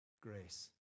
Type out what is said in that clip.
grace